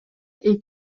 эки